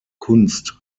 kunst